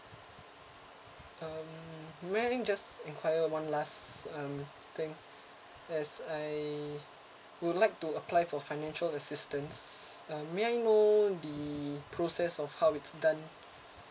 um may I think just enquire one last um thing as I would like to apply for financial assistance uh may I know the process of how it's done